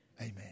Amen